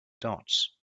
dots